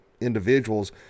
individuals